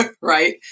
right